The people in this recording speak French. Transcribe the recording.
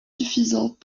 suffisante